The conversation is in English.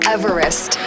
Everest